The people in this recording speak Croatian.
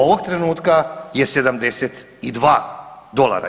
Ovog trenutka je 72 dolara.